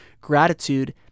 gratitude